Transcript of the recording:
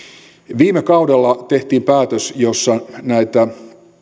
viime kaudella tehtiin päätös jossa näitä